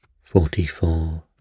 Forty-four